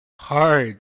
hard